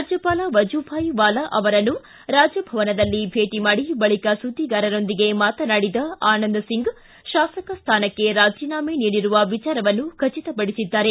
ರಾಜ್ಜಪಾಲ ವಜೂಭಾಯ್ ವಾಲಾ ಅವರನ್ನು ರಾಜಭವನದಲ್ಲಿ ಭೇಟ ಮಾಡಿ ಬಳಿಕ ಸುದ್ದಿಗಾರರೊಂದಿಗೆ ಮಾತನಾಡಿದ ಆನಂದ ಸಿಂಗ್ ಶಾಸಕ ಸ್ಥಾನಕ್ಕೆ ರಾಜೀನಾಮೆ ನೀಡಿರುವ ವಿಚಾರವನ್ನು ಖಚಿತಪಡಿಸಿದ್ದಾರೆ